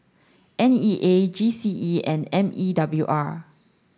N E A G C E and M E W R